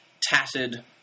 tattered